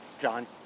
John